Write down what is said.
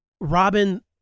robin